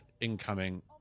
incoming